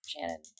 shannon